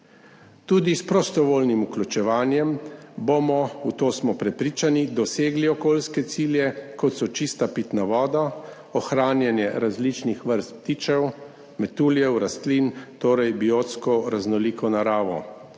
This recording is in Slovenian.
Tudi s prostovoljnim vključevanjem bomo, v to smo prepričani, dosegli okoljske cilje, kot so čista pitna voda, ohranjanje različnih vrst ptičev, metuljev, rastlin, torej biotsko raznoliko naravo,